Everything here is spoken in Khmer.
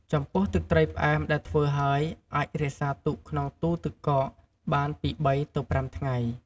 ចំពោះទឹកត្រីផ្អែមដែលធ្វើហើយ អាចរក្សាទុកក្នុងទូទឹកកកបានពី ៣ទៅ៥ ថ្ងៃ។